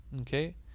okay